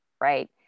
right